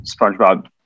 SpongeBob